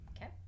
Okay